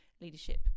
Leadership